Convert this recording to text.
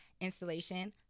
installation